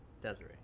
Desiree